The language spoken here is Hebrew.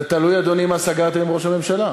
זה תלוי, אדוני, מה סגרתם עם ראש הממשלה.